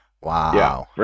wow